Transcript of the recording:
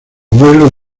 vuelo